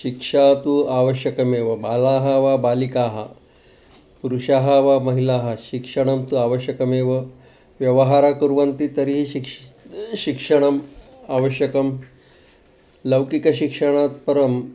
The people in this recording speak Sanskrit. शिक्षा तु आवश्यकमेव बालाः वा बालिकाः पुरुषाः वा महिलाः शिक्षणं तु आवश्यकमेव व्यवहारः कुर्वन्ति तर्हि शिक्षा शिक्षणम् आवश्यकं लौकिकशिक्षणात् परं